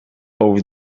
over